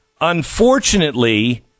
Unfortunately